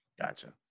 gotcha